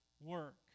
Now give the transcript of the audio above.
work